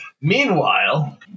Meanwhile